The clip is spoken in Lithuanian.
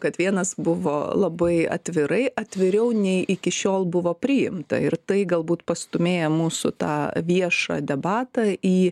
kad vienas buvo labai atvirai atviriau nei iki šiol buvo priimta ir tai galbūt pastūmėja mūsų tą viešą debatą į